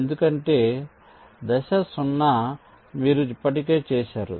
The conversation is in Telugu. ఎందుకంటే దశ 0 మీరు ఇప్పటికే చేసారు